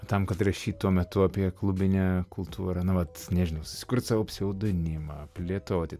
tam kad rašyt tuo metu apie klubinę kultūrą na vat nežinau susikurt savo pseudonimą plėtoti